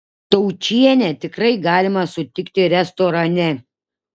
taučienę tikrai galima sutikti restorane